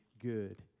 good